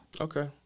Okay